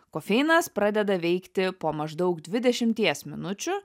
kofeinas pradeda veikti po maždaug dvidešimties minučių